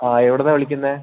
എവിടെ നിന്നാണ് വിളിക്കുന്നത്